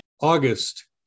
August